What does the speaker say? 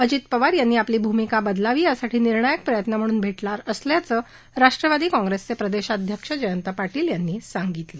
अजित पवार यांनी आपली भूमिका बदलावी यासाठी निर्णायक प्रयत्न म्हणून भे णार असल्याचं राष्ट्रवादी काँग्रेसचे प्रदेशाध्यक्ष जयंत पाशील यांनी सांगितलं